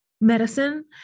medicine